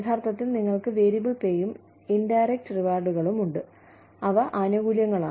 യഥാർത്ഥത്തിൽ നിങ്ങൾക്ക് വേരിയബിൾ പേയും ഇൻഡറെക്റ്റ് റിവാർഡുകളും ഉണ്ട് അവ ആനുകൂല്യങ്ങളാണ്